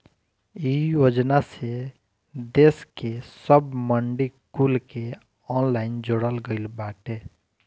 इ योजना से देस के सब मंडी कुल के ऑनलाइन जोड़ल गईल बाटे